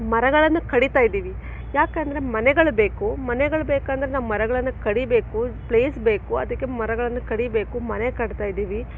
ಮರಗಳನ್ನು ಕಡಿತಾ ಇದ್ದೀವಿ ಯಾಕಂದರೆ ಮನೆಗಳು ಬೇಕು ಮನೆಗಳು ಬೇಕಂದರೆ ನಾವು ಮರಗಳನ್ನು ಕಡಿಬೇಕು ಪ್ಲೇಸ್ ಬೇಕು ಅದಕ್ಕೆ ಮರಗಳನ್ನು ಕಡಿಬೇಕು ಮನೆ ಕಟ್ತಾ ಇದ್ದೀವಿ